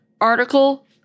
article